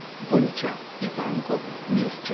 valcea, ivanco, mirce,